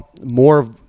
more